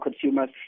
consumers